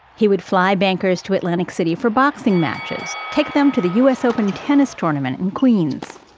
he would fly bankers to atlantic city for boxing matches, take them to the u s. open tennis tournament in queens.